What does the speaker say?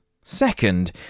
Second